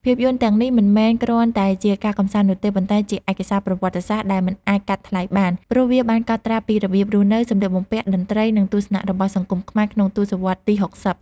ភាពយន្តទាំងនេះមិនមែនគ្រាន់តែជាការកម្សាន្តនោះទេ ប៉ុន្តែជាឯកសារប្រវត្តិសាស្ត្រដែលមិនអាចកាត់ថ្លៃបាន ព្រោះវាបានកត់ត្រាពីរបៀបរស់នៅ សម្លៀកបំពាក់ តន្ត្រី និងទស្សនៈរបស់សង្គមខ្មែរក្នុងទសវត្សរ៍ទី៦០។